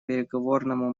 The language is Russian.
переговорному